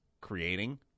creating